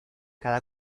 cada